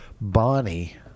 Bonnie